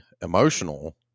emotional